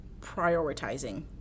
prioritizing